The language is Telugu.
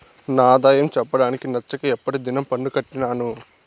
నా ఆదాయం చెప్పడానికి నచ్చక ఎప్పటి దినం పన్ను కట్టినాను